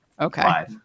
Okay